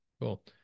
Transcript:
Cool